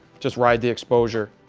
just ride the exposure.